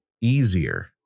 easier